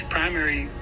primary